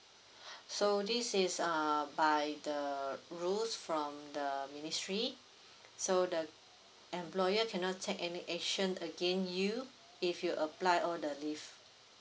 so this is uh by the rules from the ministry so the employer cannot take any action against you if you apply all the leave